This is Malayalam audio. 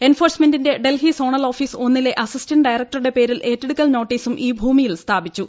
എൻഫോഴ്സ്മെന്റിന്റെ ഡൽഹി സോണൽ ഓഫീസ് ഒന്നിലെ അസിസ്റ്റന്റ് ഡയറക്ടറുടെ പേരിൽ ഏറ്റെടുക്കൽ നോട്ടീസും ഈ ഭൂമിയിൽ സ്ഥാപിച്ചു